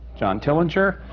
john tillinger,